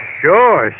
sure